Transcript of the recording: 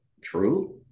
true